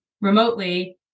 remotely